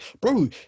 Bro